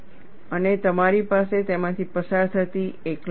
અને તમારી પાસે તેમાંથી પસાર થતી એક લાઇન છે